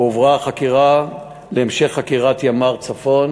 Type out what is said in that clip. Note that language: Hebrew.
הועברה החקירה להמשך חקירה לימ"ר צפון,